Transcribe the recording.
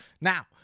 Now